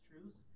truths